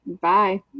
Bye